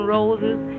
Roses